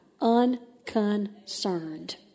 unconcerned